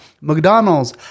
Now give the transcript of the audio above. McDonald's